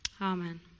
Amen